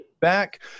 back